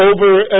over